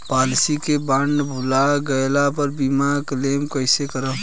Policy के bond भुला गैला पर बीमा क्लेम कईसे करम?